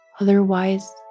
Otherwise